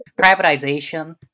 privatization